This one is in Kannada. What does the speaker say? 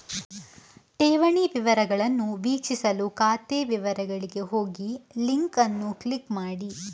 ಠೇವಣಿ ವಿವರಗಳನ್ನು ವೀಕ್ಷಿಸಲು ಖಾತೆ ವಿವರಗಳಿಗೆ ಹೋಗಿಲಿಂಕ್ ಅನ್ನು ಕ್ಲಿಕ್ ಮಾಡಿ